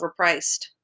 overpriced